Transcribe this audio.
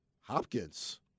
Hopkins